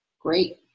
great